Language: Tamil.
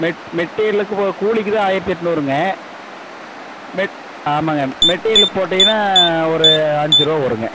மெட் மெட்டீரியலுக்கு போ கூலிக்குதான் ஆயிரத்து எண்நூறுங்க மெட் ஆமாம்ங்க மெட்டீரியலுக்கு போட்டீங்கன்னா ஒரு அஞ்சுருபா வருங்க